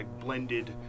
blended